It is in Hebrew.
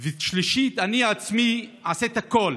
שלישית, אני עצמי אעשה הכול